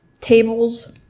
Tables